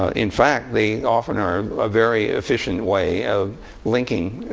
ah in fact, they often are a very efficient way of linking